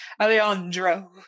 Alejandro